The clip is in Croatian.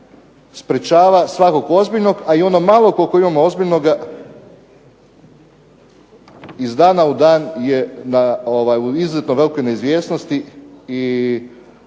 sprečava svakog ozbiljnog, a i ono malo koliko imamo ozbiljnoga iz dana je u dan je u izuzetnoj velikoj neizvjesnosti i